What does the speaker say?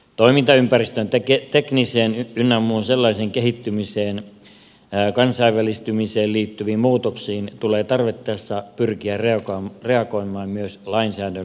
toimintaympäristön tekniseen ynnä muuhun sellaiseen kehittymiseen ja kansainvälistymiseen liittyviin muutoksiin tulee tarvittaessa pyrkiä reagoimaan myös lainsäädännöllisin keinoin